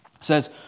says